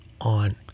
on